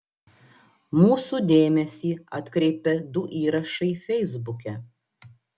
mūsų dėmesį atkreipė du įrašai feisbuke